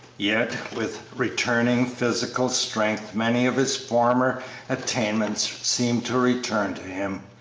yet, with returning physical strength, many of his former attainments seemed to return to him,